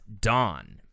Dawn